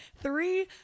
Three